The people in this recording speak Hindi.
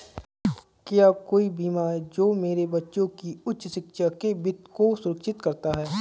क्या कोई बीमा है जो मेरे बच्चों की उच्च शिक्षा के वित्त को सुरक्षित करता है?